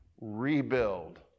rebuild